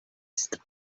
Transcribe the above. است